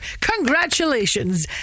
Congratulations